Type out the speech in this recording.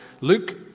Luke